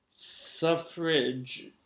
Suffrage